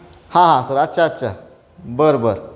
हां हां सर अच्छा अच्छा बर बरं